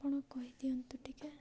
ଆପଣ କହିଦିଅନ୍ତୁ ଟିକିଏ